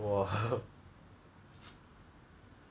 !aiyo! singapore lah many many lace இருக்கு தெம்மா:irukku themmaa